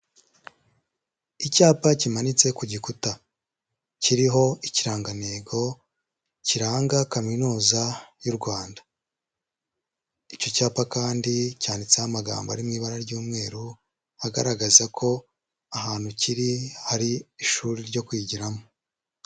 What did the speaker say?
Icyapa kimanitse ku gikuta, kiriho ikirangantego kiranga Kaminuza y'u Rwanda, icyo cyapa kandi cyanditseho amagambo ari mu ibara ry'umweru agaragaza ko ahantu kiri hari ishuri ryo kwigiramo.